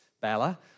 Bella